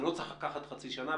זה לא צריך לקחת חצי שנה,